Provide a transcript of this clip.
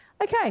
okay